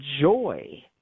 joy